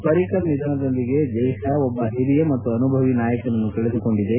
ಪರ್ರಿಕರ್ ನಿಧನದೊಂದಿಗೆ ದೇಶ ಒಬ್ಲ ಹಿರಿಯ ಮತ್ತು ಅನುಭವಿ ನಾಯಕನನ್ನು ಕಳೆದುಕೊಂಡಿದೆ